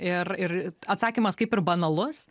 ir ir atsakymas kaip ir banalus